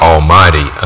Almighty